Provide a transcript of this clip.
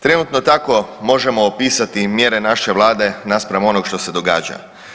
Trenutno tako možemo opisati i mjere naše vlade naspram onog što se događa.